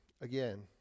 again